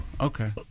Okay